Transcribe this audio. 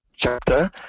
chapter